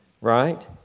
right